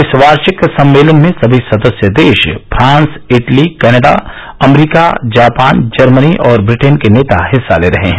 इस वार्षिक सम्मेलन में सभी सदस्य देश France Italy Canada America Japan Germany और ब्रिटेन के नेता हिस्सा ले रहे है